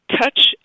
touch